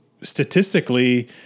statistically